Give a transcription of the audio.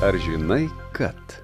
ar žinai kad